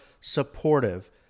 supportive